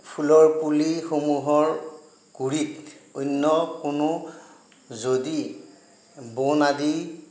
ফুলৰ পুলিসমুহৰ গুৰিত অন্য কোনো যদি বন আদি